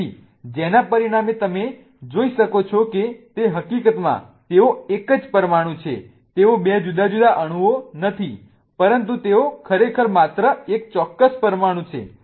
તેથી જેના પરિણામે તમે જે જોઈ શકો છો કે તે હકીકતમાં તેઓ એક જ પરમાણુ છે તેઓ 2 જુદા જુદા અણુઓ નથી પરંતુ તેઓ ખરેખર માત્ર એક ચોક્કસ પરમાણુ છે